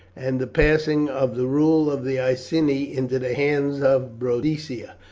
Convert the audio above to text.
and the passing of the rule of the iceni into the hands of boadicea.